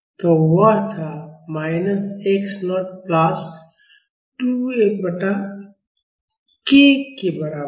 तो वह था minus x naught plus 2 F बटा k के बराबर है